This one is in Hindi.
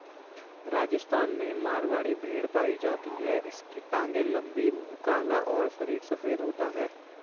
राजस्थान में मारवाड़ी भेड़ पाई जाती है इसकी टांगे लंबी, मुंह काला और शरीर सफेद होता है